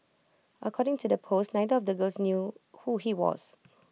according to the post neither of the girls knew who he was